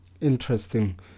Interesting